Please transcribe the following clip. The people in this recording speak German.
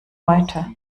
heute